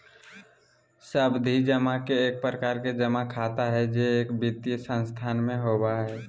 सावधि जमा एक प्रकार के जमा खाता हय जे एक वित्तीय संस्थान में होबय हय